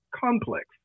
complex